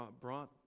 brought